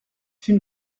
j’ai